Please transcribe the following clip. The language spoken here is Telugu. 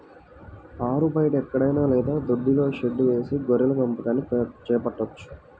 ఆరుబయట ఎక్కడైనా లేదా దొడ్డిలో షెడ్డు వేసి గొర్రెల పెంపకాన్ని చేపట్టవచ్చు